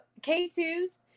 K2s